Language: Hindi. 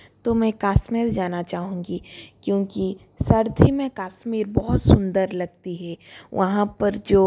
तो मैं कश्मीर जाना चाहूँगी क्योंकि सर्दी में कश्मीर बहुत सुंदर लगती है वहाँ पर जो